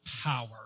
power